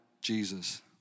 Jesus